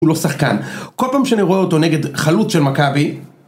הוא לא שחקן, כל פעם שאני רואה אותו נגד חלוץ של מכבי